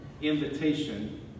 invitation